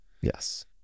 Yes